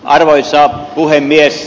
arvoisa puhemies